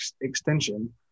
extension